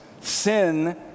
Sin